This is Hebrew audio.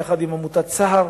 יחד עם עמותת "סהר",